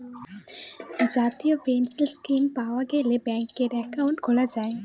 জাতীয় pension scheme পাওয়া গেলে ব্যাঙ্কে একাউন্ট খোলা যায়